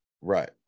Right